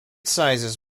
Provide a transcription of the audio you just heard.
sizes